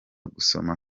gusoma